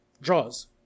draws